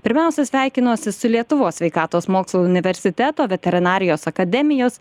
pirmiausia sveikinuosi su lietuvos sveikatos mokslų universiteto veterinarijos akademijos